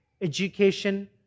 education